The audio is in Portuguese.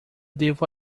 devo